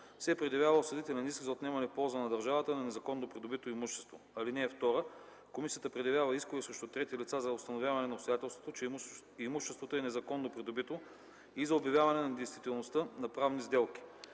се предявява осъдителен иск за отнемане в полза на държавата на незаконно придобито имущество. (2) Комисията предявява искове срещу трети лица за установяване на обстоятелството, че имуществото е незаконно придобито и за обявяване недействителността на правни сделки.